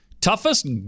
Toughest